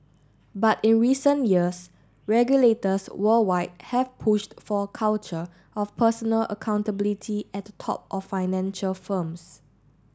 but in recent years regulators worldwide have pushed for a culture of personal accountability at the top of financial firms